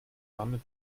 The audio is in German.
warme